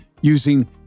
using